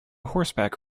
horseback